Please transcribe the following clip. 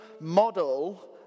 model